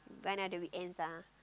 one of the weekends ah